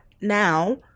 now